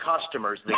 customers